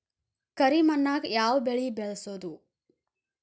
ಕರಿ ಮಣ್ಣಾಗ್ ಯಾವ್ ಬೆಳಿ ಬೆಳ್ಸಬೋದು?